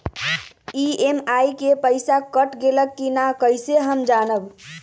EMI के पईसा cut गेलक कि ना कइसे हम जानब?